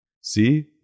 See